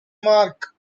mark